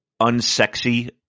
unsexy